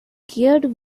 geared